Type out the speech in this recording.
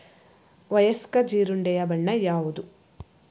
ವಯಸ್ಕ ಜೀರುಂಡೆಯ ಬಣ್ಣ ಯಾವುದು?